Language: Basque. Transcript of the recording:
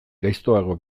gaiztoago